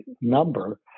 number